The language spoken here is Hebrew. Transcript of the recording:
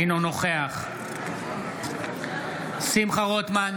אינו נוכח שמחה רוטמן,